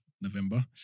November